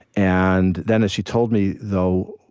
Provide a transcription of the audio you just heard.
and then as she told me, though,